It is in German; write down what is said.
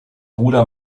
bruder